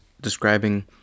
describing